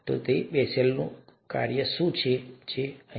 અને ચાલો હું તમને બતાવું કે બેસેલનું કાર્ય શું છે તે આ છે